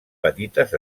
petites